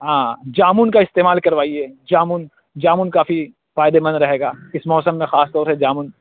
ہاں جامن کا استعمال کراوائیے جامن جامن کافی فائدے مند رہے گا اِس موسم میں خاص طور سے جامن